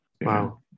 Wow